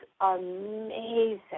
amazing